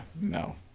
No